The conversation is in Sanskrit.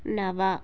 नव